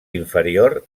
inferior